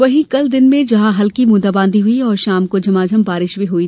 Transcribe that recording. वहीं कल दिन में जहां हल्की ब्रंदाबादी हुई वहीं शाम को झमाझम बारिश हुई